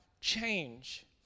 change